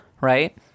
right